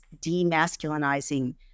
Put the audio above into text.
demasculinizing